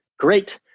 great!